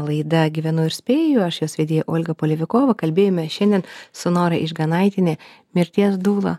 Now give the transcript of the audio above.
laida gyvenu ir spėju aš jos vedėja olga polivikova kalbėjome šiandien su nora išganaitiene mirties dūla